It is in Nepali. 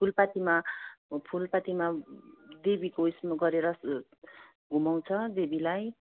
फुलपातिमा फुलपातिमा देवीको उइसमा गरेर घुमाउँछ देवीलाई